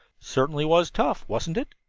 certainly was tough, wasn't it?